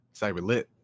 Cyberlit